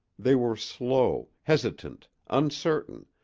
they were slow, hesitant, uncertain,